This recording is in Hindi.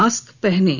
मास्क पहनें